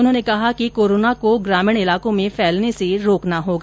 उन्होंने कहा कि कोरोना को ग्रामीण इलाकों में फैलने से रोकना होगा